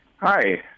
Hi